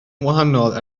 wahanol